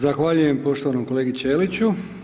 Zahvaljujem poštovanom kolegi Ćeliću.